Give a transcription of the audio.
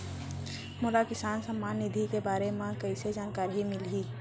मोला किसान सम्मान निधि के बारे म कइसे जानकारी मिलही?